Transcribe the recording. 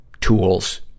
tools